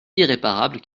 irréparable